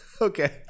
Okay